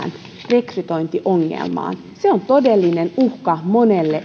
rekrytointiongelmaan se on todellinen uhka monelle